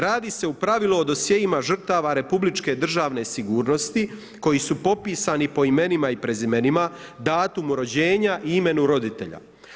Radi se u pravilu o dosjeima žrtava republičke državne sigurnosti koji su popisani po imenima i prezimenima, datumu rođenja i imenu roditelja.